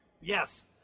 Yes